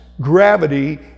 gravity